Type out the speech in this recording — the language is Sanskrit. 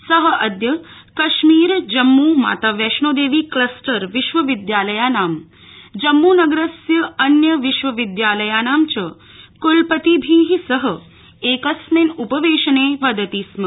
स अद्य कश्मीर जम्मू मातावैष्णोदेवी क्लस्टर विश्वविद्यालयानां जम्मूनगरस्य अन्यविश्वविद्यालायानां च क्लपतिजनै सह एकास्मिन् उपवेशने सम्बोधयति स्त